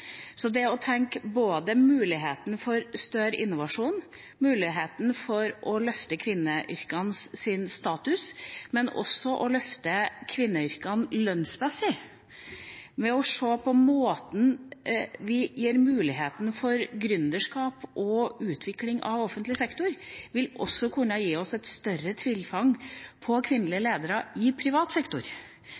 Så det å tenke muligheten for større innovasjon, muligheten for å løfte kvinneyrkenes status, men også å løfte kvinneyrkene lønnsmessig ved å se på måten vi gir muligheten for gründerskap og utvikling av offentlig sektor på, vil også kunne gi oss et større tilfang av kvinnelige ledere i privat sektor,